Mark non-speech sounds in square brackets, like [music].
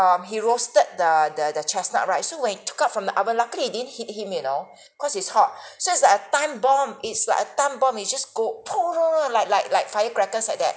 um he roasted the the the chestnut right so when he took out from the oven luckily it didn't hit him you know [breath] cause it's hot [breath] so it's like a time bomb it's like a time bomb it just go [noise] like like like like firecrackers like that